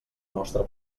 nostra